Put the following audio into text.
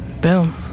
boom